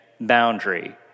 boundary